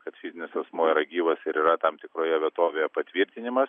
kad fizinis asmuo yra gyvas ir yra tam tikroje vietovėje patvirtinimas